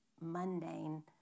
mundane